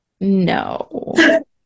No